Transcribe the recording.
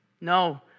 No